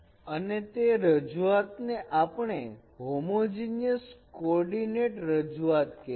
અને તે રજૂઆત ને આપણે હોમોજીનીયસ કોર્ડીનેટ રજૂઆત કહેશું